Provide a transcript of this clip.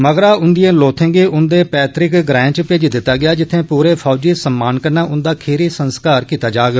मगरा उंदिए लोथें गी उंदे पैतृक ग्राए च भेजी दित्ता गेआ जित्थे पूरे फौजी सम्मान कन्नै उंदा खीरी संस्कार कीता जाग